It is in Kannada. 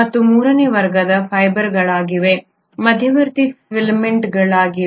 ಮತ್ತು ಮೂರನೇ ವರ್ಗದ ಫೈಬರ್ಗಳಾಗಿವೆ ಮಧ್ಯವರ್ತಿ ಫಿಲಮೆಂಟ್ಗಳಾಗಿವೆ